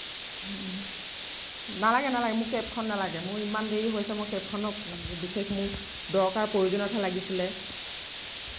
নালাগে নালাগে মোক কেবখন নালাগে মোৰ ইমান দেৰি হৈছে মোৰ কেবখনক বিশেষ মোৰ দৰকাৰ প্ৰয়োজনতহে লাগিছিলে